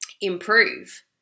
improve